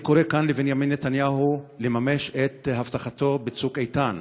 אני קורא כאן לבנימין נתניהו לממש את הבטחתו בצוק איתן,